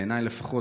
בעיניי לפחות,